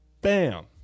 bam